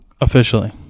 officially